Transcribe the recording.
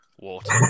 Water